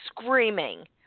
screaming